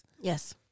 Yes